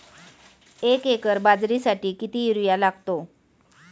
एक एकर बाजरीसाठी किती युरिया लागतो?